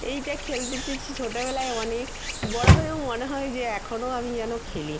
এইটা খেলতেছিছি ছোটোবেলায় অনেক বড়ো হয়েও মনে হয় যে এখনও আমি যেন খেলি